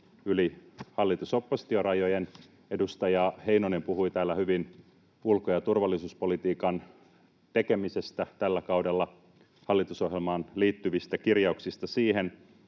yli hallitus—oppositio-rajojen: Edustaja Heinonen puhui täällä hyvin ulko- ja turvallisuuspolitiikan tekemisestä tällä kaudella, siihen liittyvistä hallitusohjelman